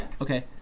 Okay